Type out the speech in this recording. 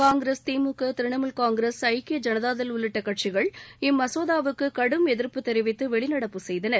காங்கிரஸ் திமுக திரிணாமுல் காங்கிரஸ் ஐக்கிய ஐனதா தள் உள்ளிட்ட கட்சிகள் இம்மசோதாவுக்கு கடும் எதிர்ப்பு தெரிவித்து வெளிநடப்பு செய்தன